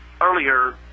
earlier